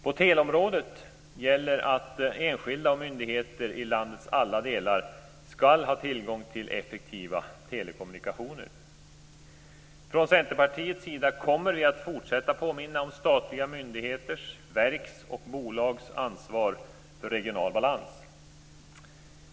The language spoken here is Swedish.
På teleområdet gäller att enskilda och myndigheter i landets alla delar skall ha tillgång till effektiva telekommunikationer. Från Centerpartiets sida kommer vi att fortsätta att påminna om statliga myndigheters, verks och bolags ansvar för regional balans.